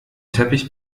teppich